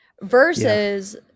versus